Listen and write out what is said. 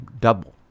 double